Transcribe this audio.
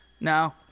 No